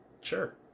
sure